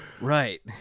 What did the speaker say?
Right